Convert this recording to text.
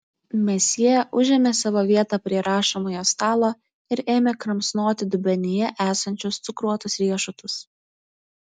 mesjė užėmė savo vietą prie rašomojo stalo ir ėmė kramsnoti dubenyje esančius cukruotus riešutus